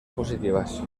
positivas